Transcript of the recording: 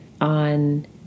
on